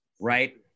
right